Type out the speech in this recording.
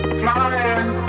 flying